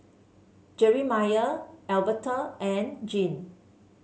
Jerimiah Alverta and Jean